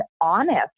honest